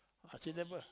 ah she never